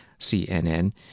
CNN